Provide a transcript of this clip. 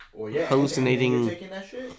hallucinating